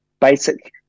basic